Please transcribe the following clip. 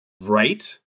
right